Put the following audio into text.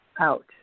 out